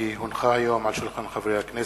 כי הונחו היום על שולחן הכנסת,